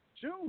June